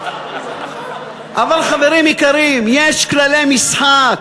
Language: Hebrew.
אבל, חברים יקרים, יש כללי משחק.